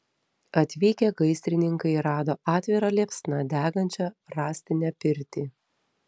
atvykę gaisrininkai rado atvira liepsna degančią rąstinę pirtį